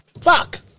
Fuck